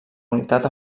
unitat